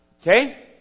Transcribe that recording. Okay